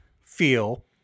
feel